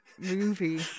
movie